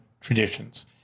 traditions